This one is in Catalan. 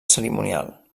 cerimonial